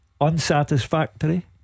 Unsatisfactory